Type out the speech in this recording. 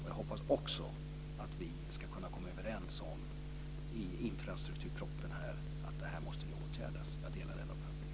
Jag hoppas också att vi ska kunna komma överens när det gäller infrastrukturpropositionen om att det här måste åtgärdas. Jag delar den uppfattningen. Tack!